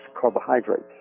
carbohydrates